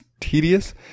tedious